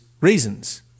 reasons